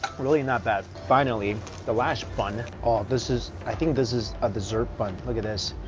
really not bad. finally the last bun, ah this is, i think this is a dessert bun. look at this,